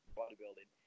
bodybuilding